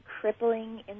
crippling